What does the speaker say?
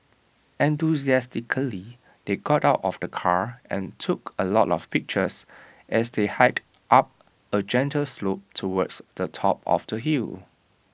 enthusiastically they got out of the car and took A lot of pictures as they hiked up A gentle slope towards the top of the hill